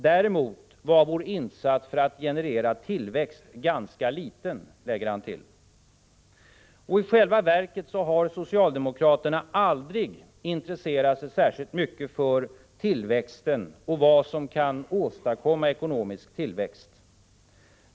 ”Däremot var vår insats för att generera tillväxt ——— ganska liten”, lägger han till. I själva verket har socialdemokraterna aldrig intresserat sig särskilt mycket för tillväxten och för vad som kan åstadkomma ekonomisk tillväxt.